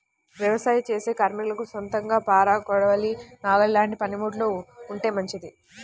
యవసాయం చేసే కార్మికులకు సొంతంగా పార, కొడవలి, నాగలి లాంటి పనిముట్లు ఉంటే మంచిది